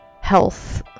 health